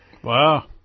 Wow